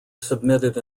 submitted